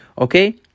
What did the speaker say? Okay